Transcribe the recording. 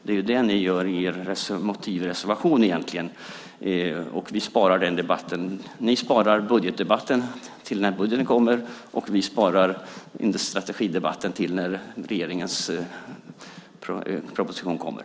Det är det ni gör i er motivreservation egentligen. Ni sparar budgetdebatten till när budgeten kommer, och vi sparar strategidebatten till när regeringens proposition kommer.